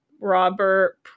Robert